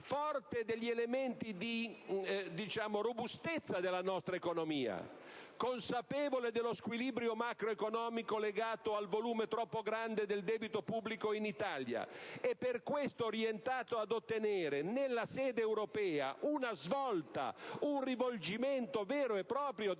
forte degli elementi di robustezza della nostra economia, consapevole dello squilibrio macroeconomico legato al volume troppo grande del debito pubblico in Italia, e per questo orientato ad ottenere nella sede europea una svolta, un rivolgimento vero e proprio